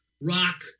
rock